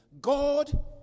God